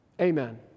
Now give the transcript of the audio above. Amen